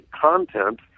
content